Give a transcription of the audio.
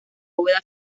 bóveda